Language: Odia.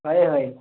ହଏ ହଏ